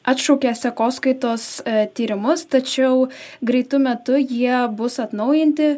atšaukė sekoskaitos tyrimus tačiau greitu metu jie bus atnaujinti